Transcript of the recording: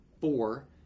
four